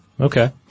Okay